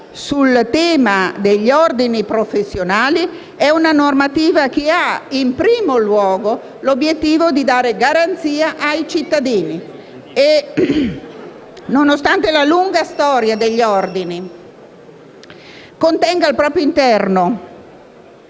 in tema di ordini professionali ha, in primo luogo, l'obiettivo di dare garanzia ai cittadini. Inoltre, nonostante la lunga storia degli ordini contenga al proprio interno